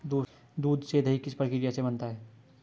दूध से दही किस प्रक्रिया से बनता है?